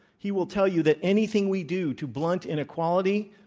he will tell you that anything we do to blunt inequality,